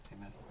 Amen